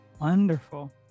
wonderful